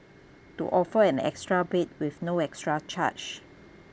to offer an extra bed with no extra charge